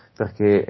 perché